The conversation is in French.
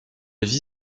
vie